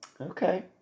Okay